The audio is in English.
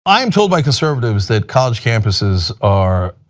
i am told by conservatives that college campuses are